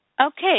Okay